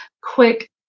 quick